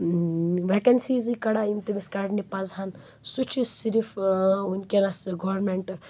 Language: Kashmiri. ویٚکَنسیٖزٕے کڑان یِم تٔمِس کَڑنہِ پَزٕہَن سُہ چھُ صِرِف وُنکیٚنَس گورمیٚنٹ